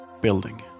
building